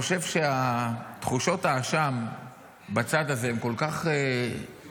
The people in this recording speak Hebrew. אני חושב שתחושות האשם בצד הזה כל כך עוצמתיות,